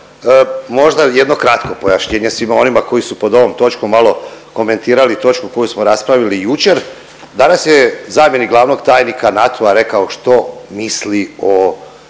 možda jedno kratko pojašnjenje svima onima koji su pod ovom točkom malo komentirali točku koju smo raspravili jučer. Danas je zamjenik glavnog tajnika NATO-a rekao što misli o